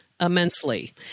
immensely